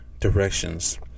directions